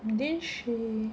didn't she